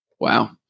Wow